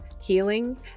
healing